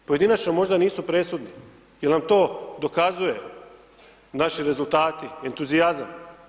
Pojedinačno možda nisu presudni jer nam to dokazuje naši rezultati, entuzijazam.